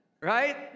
right